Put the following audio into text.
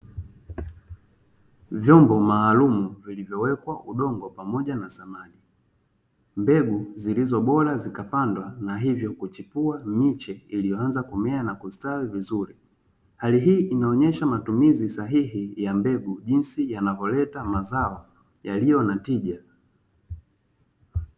Vyombo maalum vilivyowekwa udongo pamoja na samani mbegu zilizo bora zikapandwa na hivyo kuchepua miche, iliyoanza kumea na kustawi vizuri. Hali hii inaonyesha matumizi sahihi ya mbegu jinsi yanavyoleta mazao yaliyo na tija.